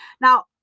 now